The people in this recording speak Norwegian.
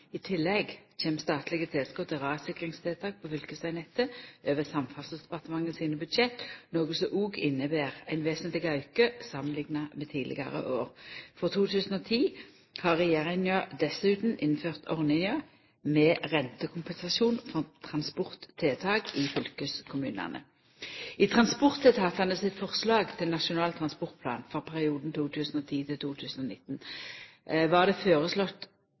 I tillegg kjem statlege tilskot til rassikringstiltak på fylkesvegnettet over Samferdselsdepartementet sine budsjett, noko som òg inneber ein vesentleg auke samanlikna med tidlegare år. Frå 2010 har regjeringa dessutan innført ordninga med rentekompensasjon for transporttiltak i fylkeskommunane. I transportetatane sitt forslag til Nasjonal transportplan for perioden 2010–2019 var det